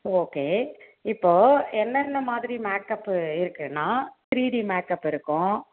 okay இப்போது என்னென்ன மாதிரி மேக்கப்பு இருக்குன்னால் த்ரீ டி மேக்கப் இருக்கும்